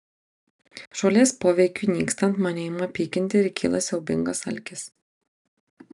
žolės poveikiui nykstant mane ima pykinti ir kyla siaubingas alkis